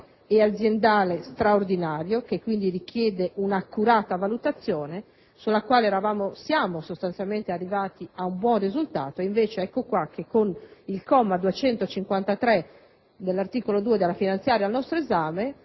ed aziendale straordinario, che dunque richiede una accurata valutazione rispetto alla quale si era sostanzialmente arrivati ad un buon risultato. Ecco invece che con il comma 253 dell'articolo 2 della finanziaria al nostro esame